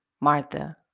Martha